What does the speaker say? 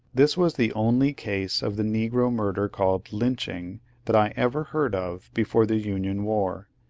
this was the only case of the negro murder called lynch ing that i ever heard of before the union war,